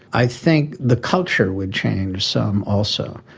i think the culture would change some also.